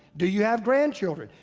do you have grandchildren?